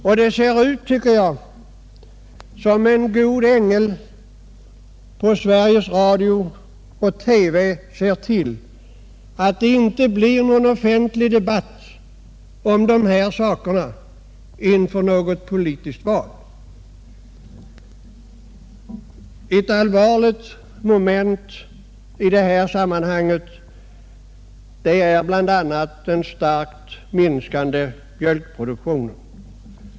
Och det ser ut, tycker jag, som om en god ängel på Sveriges Radio och TV scr till att det inte blir någon offentlig debatt om dessa frågor inför något politiskt val. Ett allvarligt moment i detta sammanhang är bl.a. den starkt minskande mijölkproduktionen.